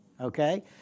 Okay